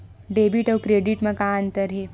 Debit अउ credit म का अंतर हे?